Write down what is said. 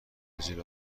برزیل